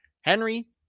Henry